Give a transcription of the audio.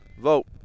vote